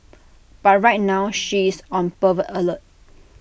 but right now she is on pervert alert